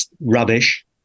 rubbish